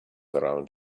around